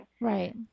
Right